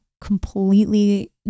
completely